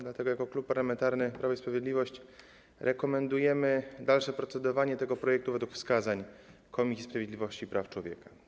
Dlatego jako Klub Parlamentarny Prawo i Sprawiedliwość rekomendujemy dalsze procedowanie nad tym projektem według wskazań Komisji Sprawiedliwości i Praw Człowieka.